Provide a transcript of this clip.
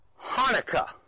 Hanukkah